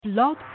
Log